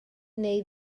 neu